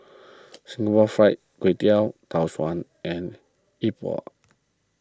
Singapore Fried Kway Tiao Suan and Yi Bua